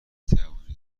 توانی